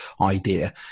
idea